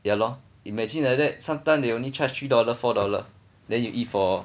ya lor imagine like that sometime they only charge three dollar four dollar then you eat for